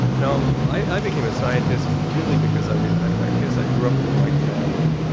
now i became a scientist really because i i guess i grew up in the right family,